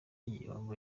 igihombo